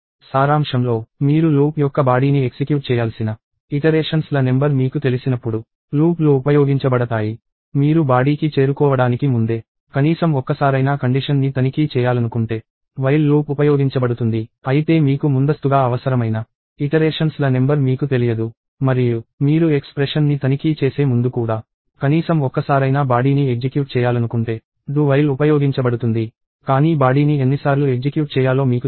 సారాంశంలో మీరు లూప్ యొక్క బాడీని ఎక్సిక్యూట్ చేయాల్సిన ఇటరేషన్స్ ల నెంబర్ మీకు తెలిసినప్పుడు లూప్లు ఉపయోగించబడతాయి మీరు బాడీ కి చేరుకోవడానికి ముందే కనీసం ఒక్కసారైనా కండిషన్ ని తనిఖీ చేయాలనుకుంటే while లూప్ ఉపయోగించబడుతుంది అయితే మీకు ముందస్తుగా అవసరమైన ఇటరేషన్స్ ల నెంబర్ మీకు తెలియదు మరియు మీరు ఎక్స్ప్రెషన్ని తనిఖీ చేసే ముందు కూడా కనీసం ఒక్కసారైనా బాడీని ఎగ్జిక్యూట్ చేయాలనుకుంటే do while ఉపయోగించబడుతుంది కానీ బాడీని ఎన్నిసార్లు ఎగ్జిక్యూట్ చేయాలో మీకు తెలియదు